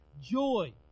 joy